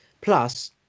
Plus